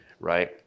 Right